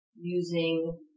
using